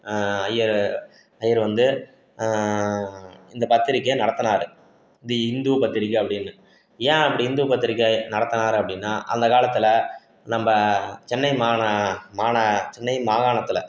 ஐயர் ஐயர் வந்து இந்த பத்திரிகை நடத்தினாரு தி இந்து பத்திரிக்கை அப்படின்னு ஏன் அப்படி இந்து பத்திரிக்கை நடத்தினாரு அப்படின்னா அந்த காலத்தில் நம்ப சென்னை மாந மாந சென்னை மாகாணத்தில்